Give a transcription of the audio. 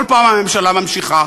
כל פעם הממשלה ממשיכה,